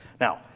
Now